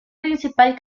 principal